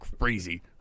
crazy